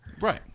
Right